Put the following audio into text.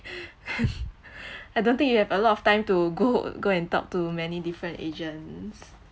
I don't think you have a lot of time to go go and talk to many different agents